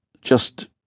Just